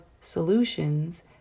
solutions